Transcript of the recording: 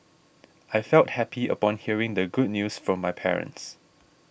I felt happy upon hearing the good news from my parents